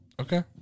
Okay